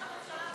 ראש הממשלה,